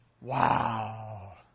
Wow